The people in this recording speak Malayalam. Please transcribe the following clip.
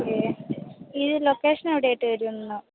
ഓക്കെ ഈ ലൊക്കേഷൻ എവിടെ ആയിട്ട് വരും എന്ന്